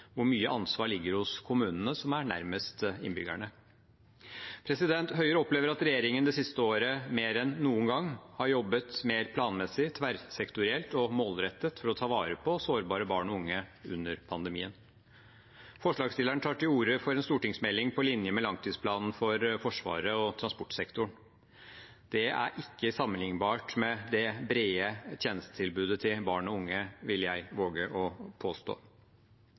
hvor mye ansvar ligger hos kommunene som er nærmest innbyggerne. Høyre opplever at regjeringen det siste året mer enn noen gang har jobbet mer planmessig, tverrsektorielt og målrettet for å ta vare på sårbare barn og unge under pandemien. Forslagsstillerne tar til orde for en stortingsmelding på linje med langtidsplanen for Forsvaret og transportsektoren. Det er ikke sammenlignbart med det brede tjenestetilbudet til barn og unge, vil jeg våge å påstå.